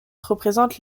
représente